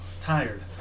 Tired